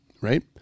Right